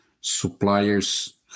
suppliers